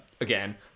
again